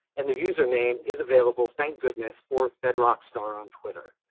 and the user name is available, thank goodness for fed rock star on twitter.